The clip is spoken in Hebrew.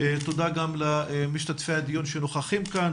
תודה גם למשתתפי הדיון שנוכחים כאן,